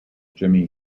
jimmy